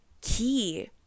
key